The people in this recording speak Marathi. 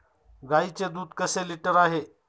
गाईचे दूध कसे लिटर आहे?